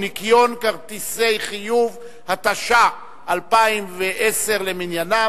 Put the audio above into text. ניכיון כרטיסי חיוב), התשע"א 2010 למניינם,